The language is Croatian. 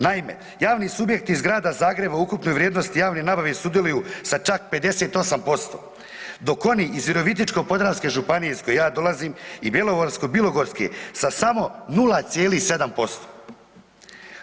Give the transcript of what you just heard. Naime, javni subjekti iz Grada Zagreba u ukupnoj vrijednosti javne nabave sudjeluju sa čak 58%, dok oni iz Virovitičko-podravske županije iz koje ja dolazim i Bjelovarsko-bilogorske sa samo 0,7%